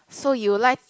so you like